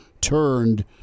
turned